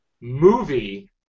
movie